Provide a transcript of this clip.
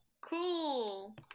Cool